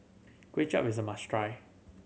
Kuay Chap is a must try